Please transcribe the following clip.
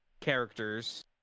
characters